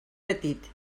petit